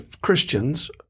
Christians